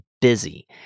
busy